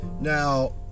Now